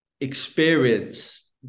experience